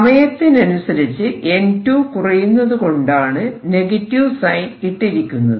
സമയത്തിനനുസരിച്ച് N2 കുറയുന്നതു കൊണ്ടാണ് നെഗറ്റീവ് സൈൻ ഇട്ടിരിക്കുന്നത്